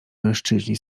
mężczyźni